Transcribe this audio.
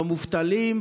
במובטלים,